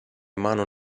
mano